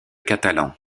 catalan